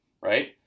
right